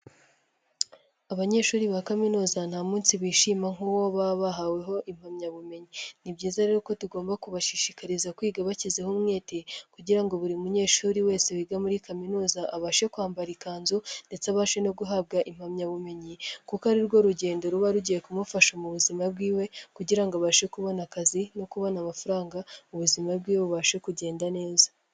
Abanyeshuri ba kaminuza nta munsi bishima nk'uwo baba bahaweho impamyabumenyi, ni byiza rero ko tugomba kubashishikariza kwiga bashyizeho umwete, kugira ngo buri munyeshuri wese wiga muri kaminuza abashe kwambara ikanzu ndetse abashe no guhabwa impamyabumenyi, kuko arirwo rugendo ruba rugiye kumufasha mu buzima bwiwe kugira abashe kubona akazi no kubona amafaranga ubuzima bwe bubashe kugenda neza.